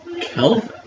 Kelvin